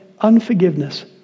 unforgiveness